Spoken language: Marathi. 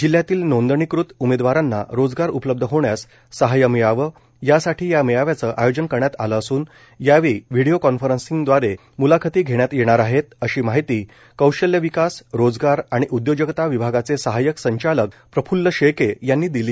जिल्ह्यातील नोंदणीकृत उमेदवारांना रोजगार उपलब्ध होण्यास सहाय्य मिळावे यासाठी या मेळाव्याचे आयोजन करण्यात आले असून यावेळी व्हिडीओ कॉन्फरन्सद्वारे म्लाखती घेण्यात येणार आहेत अशी माहिती कौशल्य विकास रोजगार आणि उद्योजकता विभागाचे सहायक संचालक प्रफ्ल्ल शेळके यांनी दिली